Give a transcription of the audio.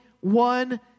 one